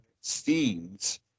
scenes